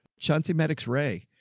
chauncey medics, ray.